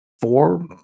Four